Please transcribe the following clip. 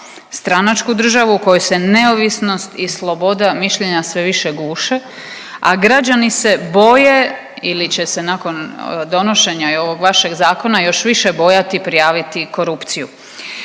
stranačku državu u kojoj se neovisnost i sloboda mišljenja sve više guše, a građani se boje ili će se nakon donošenja i ovog zakona još više bojati prijaviti korupciju.